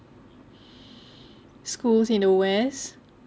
schools in the west